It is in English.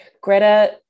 Greta